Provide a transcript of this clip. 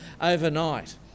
overnight